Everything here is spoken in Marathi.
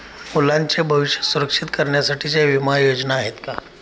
मुलांचे भविष्य सुरक्षित करण्यासाठीच्या विमा योजना आहेत का?